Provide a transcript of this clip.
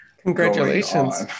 Congratulations